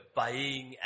buying